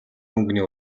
мөнгөний